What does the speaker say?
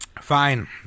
Fine